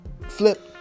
flip